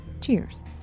Cheers